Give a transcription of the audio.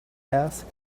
asked